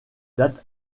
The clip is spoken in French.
date